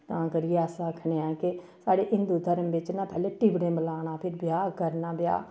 तां करियै अस आखने आं कि साढ़े हिन्दू धर्म बिच्च ना पैह्लै टिवड़े मलाना फिर ब्याह् करना ब्याह्